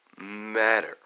matter